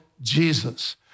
Jesus